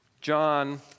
John